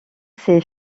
ses